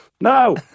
No